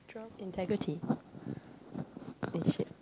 twelve integrity eh shit